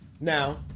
Now